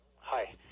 Hi